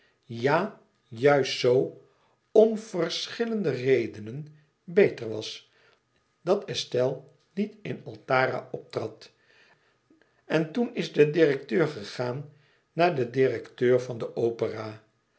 ja juist zoo om verschillende redenen beter was dat estelle niet in altara optrad en toen is de direkteur gegaan naar den direkteur van de opera